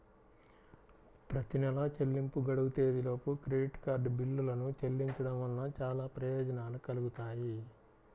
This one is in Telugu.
ప్రతి నెలా చెల్లింపు గడువు తేదీలోపు క్రెడిట్ కార్డ్ బిల్లులను చెల్లించడం వలన చాలా ప్రయోజనాలు కలుగుతాయి